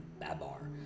BABAR